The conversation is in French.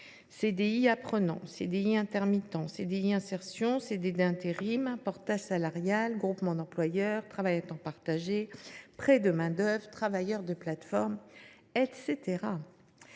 CDI apprenant, CDI intermittent, CDD d’insertion, CDI intérimaire, portage salarial, groupements d’employeurs, travail à temps partagé, prêt de main d’œuvre, travailleurs de plateformes, et